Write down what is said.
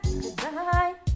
Goodbye